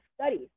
studies